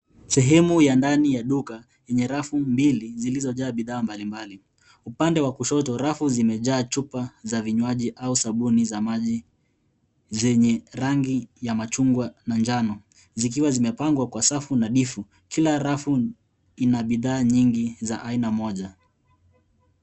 Sehemu ya ndani ya duka enye rafu mbili zilizojaa bidhaa mbalimbali. Upande wa kushoto rafu zimejaa chupa za vinywaji au sabuni za maji zenye rangi ya machungwa na manjano zikiwa zimepangwa kwa safu nadhifu, kila rafu ina bidhaa nyigi za aina moja.